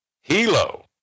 Hilo